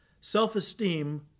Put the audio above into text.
Self-Esteem